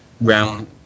round